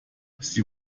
sie